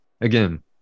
again